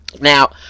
Now